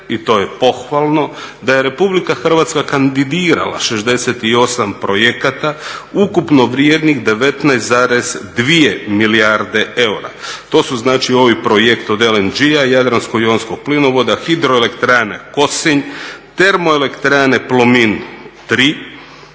i to je pohvalno da je RH kandidirala 68 projekata, ukupno vrijednih 19,2 milijarde eura. To su znači ovi projekti od LNG-a, Jadransko-jonskog plinovoda, Hidroelektrana Kosinj, Termoelektrane Plomin 3,